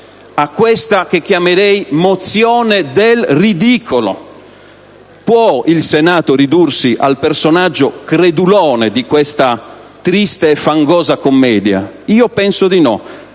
a questa che chiamerei "mozione del ridicolo". Può il Senato ridursi al personaggio credulone di questa triste e fangosa commedia? Penso di no.